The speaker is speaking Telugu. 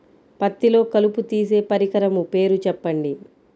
పత్తిలో కలుపు తీసే పరికరము పేరు చెప్పండి